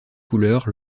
couleurs